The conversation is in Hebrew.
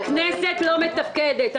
הכנסת לא מתפקדת.